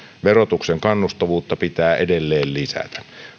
verotuksen kannustavuutta pitää edelleen lisätä